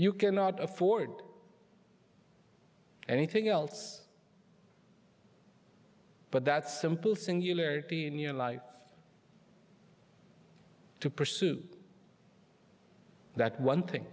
you cannot afford anything else but that simple singularity in your life to pursue that one thing